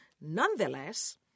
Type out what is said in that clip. Nonetheless